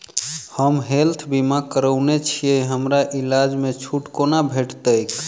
हम हेल्थ बीमा करौने छीयै हमरा इलाज मे छुट कोना भेटतैक?